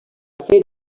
fer